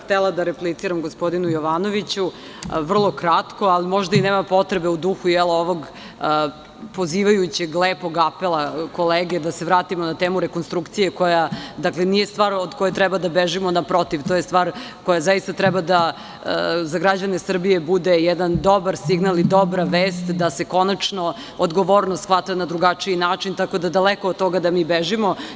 Htela sam da repliciram gospodinu Jovanoviću, vrlo kratko, a možda i nema potrebe, u duhu, jel, ovog pozivajućeg lepog apela kolege da se vratimo na temu rekonstrukcije koja nije stvar od koje treba da bežimo, naprotiv, to je stvar koja zaista treba da za građane Srbije bude jedan dobar signal i dobra vest da se konačno odgovornost shvata na drugačiji način, tako da daleko od toga da mi bežimo.